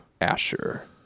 Asher